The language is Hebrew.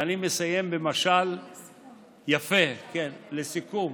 ואני מסיים במשל יפה, לסיכום.